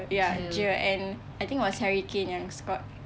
ya jer and I think it was harry kane yang scored